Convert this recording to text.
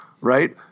Right